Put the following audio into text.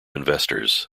investors